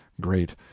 great